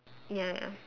ya ya